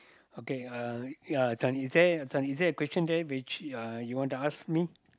okay uh yeah this one is there this one is there a question there which uh you wanna ask me